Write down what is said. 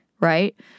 right